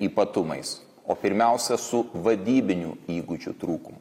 ypatumais o pirmiausia su vadybinių įgūdžių trūkumu